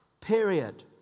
period